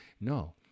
No